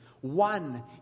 One